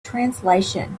translation